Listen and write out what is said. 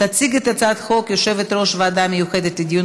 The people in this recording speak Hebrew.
תציג את הצעת החוק יושבת-ראש הוועדה המיוחדת לדיון